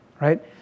right